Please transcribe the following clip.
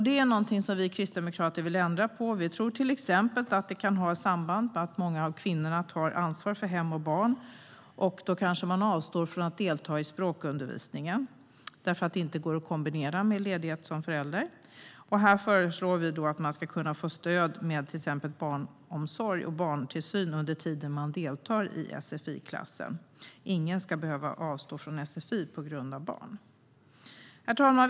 Det är något vi kristdemokrater vill ändra på. Vi tror att det till exempel kan ha samband med att många kvinnor tar ansvar för hem och barn. De avstår kanske från att delta i språkundervisningen för att den inte går att kombinera med ledighet som förälder. Här föreslår vi att man ska kunna få stöd med barnomsorg och barntillsyn under den tid man deltar i sfi-klassen. Ingen ska behöva avstå från sfi på grund av barn. Herr talman!